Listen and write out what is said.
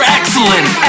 Excellent